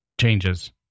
Changes